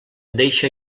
deixa